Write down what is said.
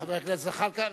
חבר הכנסת זחאלקה.